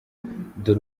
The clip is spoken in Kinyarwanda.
dore